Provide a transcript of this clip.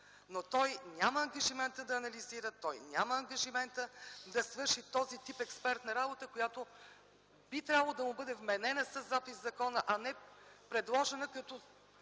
но той няма ангажимента да анализира, той няма ангажимента да свърши този тип експертна работа, която би трябвало да му бъде вменена със запис в закона, а не предложена като